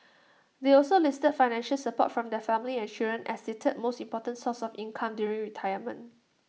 they also listed financial support from their family and children as the third most important source of income during retirement